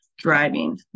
driving